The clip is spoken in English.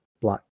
black